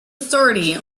authority